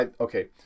okay